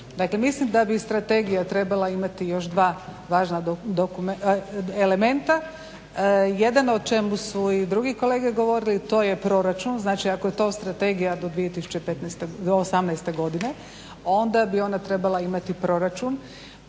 mislim da bi strategija trebala imati još dva važna elementa. Jedan o čemu su i drugi kolege govorili, to je proračun, znači ako je to strategija do 2018. godine onda bi ona trebala imati proračun,